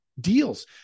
deals